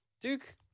Duke